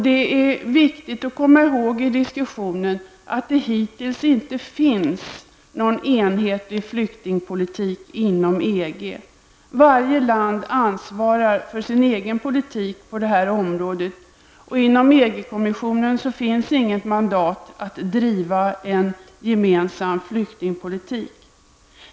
Det är viktigt att komma ihåg i diskussionen att det hittills inte finns någon enhetlig flyktingpolitik inom EG. Varje land ansvarar för sin egen politik på det här området, och inom EG-kommissionen finns inget mandat att driva en gemensam flyktingpolitik.